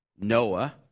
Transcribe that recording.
noah